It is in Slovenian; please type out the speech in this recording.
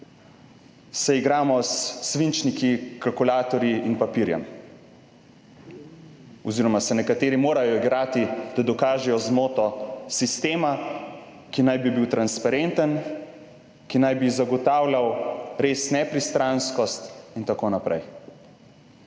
se igramo s svinčniki, kalkulatorji in papirjem oziroma se nekateri morajo igrati, da dokažejo zmoto sistema, ki naj bi bil transparenten, ki naj bi zagotavljal res nepristranskost in tako naprej.